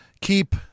keep